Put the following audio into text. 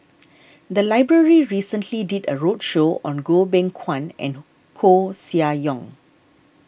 the library recently did a roadshow on Goh Beng Kwan and Koeh Sia Yong